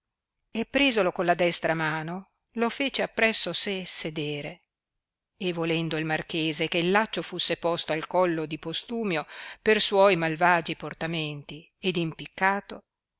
e presolo con la destra mano lo fece appresso sé sedere e volendo il marchese che laccio fusse posto al collo di postumio per suoi malvagi portamenti ed impiccato